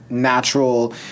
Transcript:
natural